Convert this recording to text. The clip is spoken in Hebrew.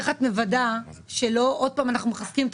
איך את מוודאת שאנחנו לא עוד פעם מחזקים את